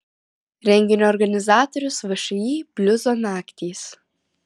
renginio organizatorius všį bliuzo naktys